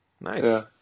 nice